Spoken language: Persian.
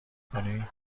کنی